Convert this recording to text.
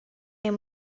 yang